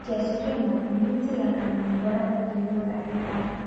ikionyesha matumizi ya kanuni bora za kilimo za kisasa.